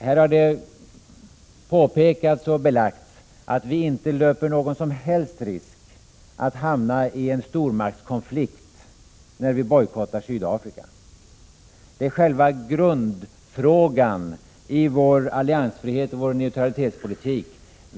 Det har också påpekats och belagts att vi inte löper någon som helst risk att hamna i en stormaktskonflikt när vi bojkottar Sydafrika. Det är själva grundfrågan i vår alliansfrihet och i vår neutralitetspolitik.